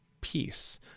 peace